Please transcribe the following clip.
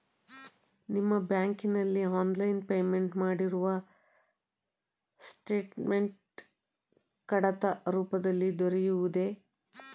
ನಿಮ್ಮ ಬ್ಯಾಂಕಿನಲ್ಲಿ online payment ಮಾಡಿರುವ ಸ್ಟೇಟ್ಮೆಂಟ್ ಕಡತ ರೂಪದಲ್ಲಿ ದೊರೆಯುವುದೇ?